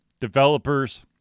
developers